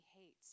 hates